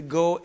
go